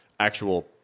actual